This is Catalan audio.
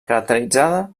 caracteritzada